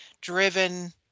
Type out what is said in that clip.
Driven